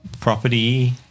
Property